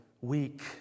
weak